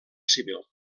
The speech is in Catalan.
civil